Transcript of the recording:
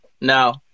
No